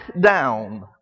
down